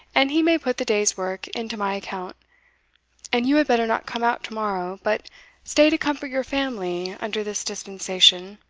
and he may put the day's work into my account and you had better not come out to-morrow, but stay to comfort your family under this dispensation,